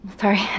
Sorry